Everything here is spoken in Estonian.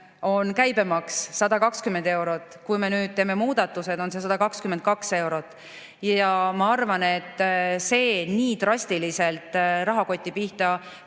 on käibemaks, kokku 120 eurot, siis kui me nüüd teeme need muudatused, on see 122 eurot. Ma arvan, et see nii drastiliselt rahakoti pihta